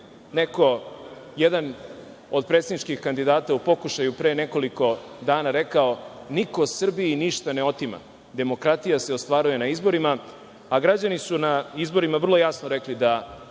neko, jedan od predsedničkih kandidata u pokušaju pre nekoliko dana rekao – niko Srbiji ništa ne otima, demokratija ostvaruje na izborima, a građani su na izborima vrlo jasno rekli da